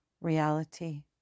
reality